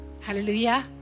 Hallelujah